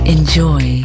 Enjoy